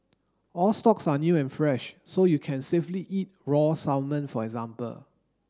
all stocks are new and fresh so you can safely eat raw salmon for example